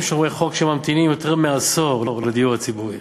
שומרי חוק שממתינים יותר מעשור לדיור ציבורי.